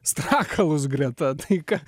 strakalus greta tai ką